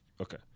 Okay